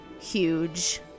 huge